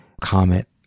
comment